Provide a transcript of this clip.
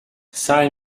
سعی